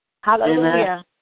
Hallelujah